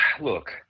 look